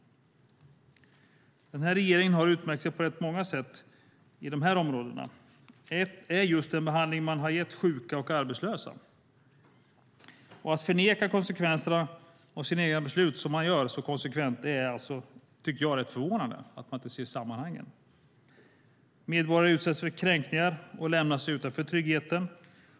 Regeringen har utmärkt sig på rätt många sätt på dessa områden. Ett område är den behandling man har gett sjuka och arbetslösa. Att så konsekvent förneka konsekvenserna av sina beslut är förvånande. Man ser inte sammanhangen. Medborgare utsätts för kränkningar och lämnas utanför tryggheten.